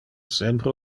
sempre